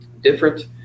different